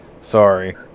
Sorry